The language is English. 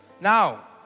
Now